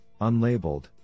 unlabeled